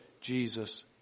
Jesus